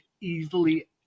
easily